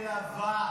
חובה למלווה